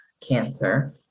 cancer